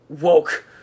woke